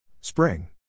Spring